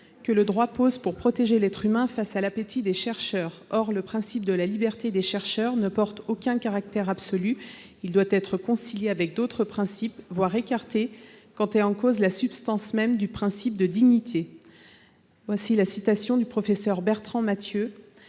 que le droit pose pour protéger l'être humain face à " l'appétit " des chercheurs. Or, le principe de la liberté des chercheurs ne porte aucun caractère absolu. Il doit être concilié avec d'autres principes, voire écarté quand est en cause la substance même du principe de dignité ». Il appartient donc à la science